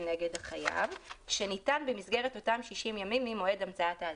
נגד החייב שניתן במסגרת אותם 60 ימים ממועד המצאת האזהרה,